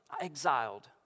exiled